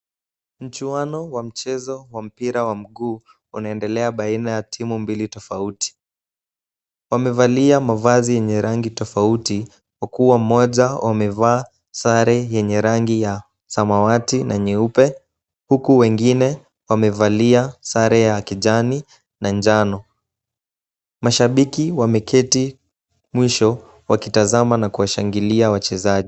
Mchuano wa mchezo wa mpira wa mguu unaendelea baina ya timu mbili tofauti. Wamevalia mavazi yenye rangi mbili tofauti, huku mmoja amevalia sare yenye rangi ya samawati na nyeupe, huku wengine wamevalia sare ya kijani na njano. Mashabiki wameketi mwisho wakitazama na kuwashangilia wachezaji.